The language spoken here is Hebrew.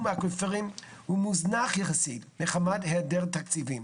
האקוויפרים הוא מוזנח יחסית מחמת היעדר תקציבים.